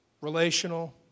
relational